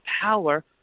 power